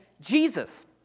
Jesus